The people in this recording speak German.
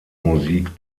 musik